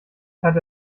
hatte